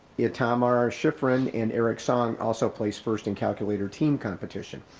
itamar shiffrin, and eric song also placed first in calculator team competition.